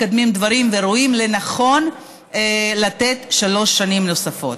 מקדמים דברים ורואים לנכון לתת שלוש שנים נוספות.